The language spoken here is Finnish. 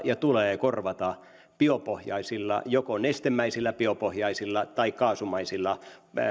ja tulee korvata biopohjaisilla joko nestemäisillä biopohjaisilla tai kaasumaisilla